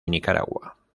nicaragua